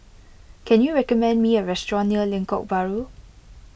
can you recommend me a restaurant near Lengkok Bahru